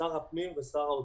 שר הפנים ושר האוצר.